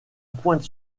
pointe